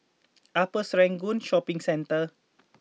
Upper Serangoon Shopping Centre